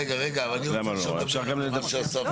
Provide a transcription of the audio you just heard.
רגע, אבל אני רוצה להקשיב למה שאסף אומר.